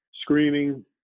screaming